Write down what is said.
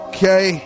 Okay